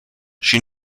she